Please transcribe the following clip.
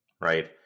right